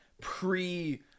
pre